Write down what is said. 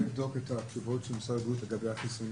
צריך לבדוק את התשובות של משרד הבריאות לגבי החיסונים.